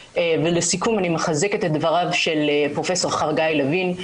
לסיכום, אני מחזקת את דבריו של פרופ' חגי לוין.